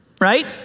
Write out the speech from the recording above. Right